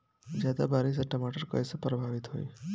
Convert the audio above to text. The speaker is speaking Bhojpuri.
ज्यादा बारिस से टमाटर कइसे प्रभावित होयी?